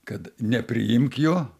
kad nepriimk jo